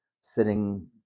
sitting